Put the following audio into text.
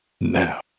now